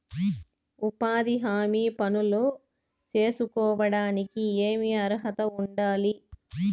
ఉపాధి హామీ పనులు సేసుకోవడానికి ఏమి అర్హత ఉండాలి?